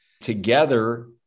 Together